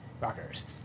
rockers